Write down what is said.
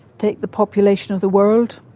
take the population of the world,